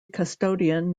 custodian